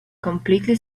completely